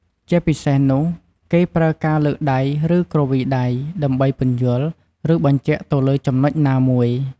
ជាពិសេសនោះ គេប្រើការលើកដៃ ឬ គ្រវីដៃ ដើម្បីពន្យល់ ឬបញ្ជាក់ទៅលើចំណុចណាមួយ។